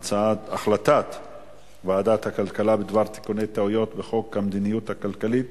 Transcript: החלטת ועדת הכלכלה בדבר תיקוני טעויות בחוק המדיניות הכלכלית